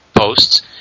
posts